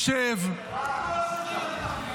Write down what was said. אני שואל,